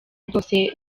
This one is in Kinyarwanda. bwose